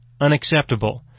unacceptable